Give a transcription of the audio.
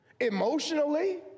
Emotionally